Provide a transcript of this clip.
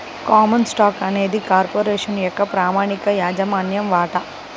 common stock అనేది corporation యొక్క ప్రామాణిక యాజమాన్య వాటా